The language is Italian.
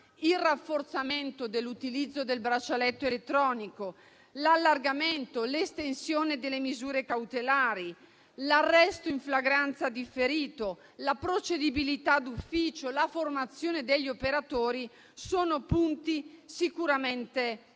Il rafforzamento dell'utilizzo del braccialetto elettronico, l'allargamento e l'estensione delle misure cautelari, l'arresto in flagranza differito, la procedibilità d'ufficio, la formazione degli operatori sono però punti sicuramente positivi.